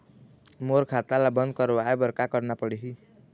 मोर खाता ला बंद करवाए बर का करना पड़ही?